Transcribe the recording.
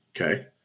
Okay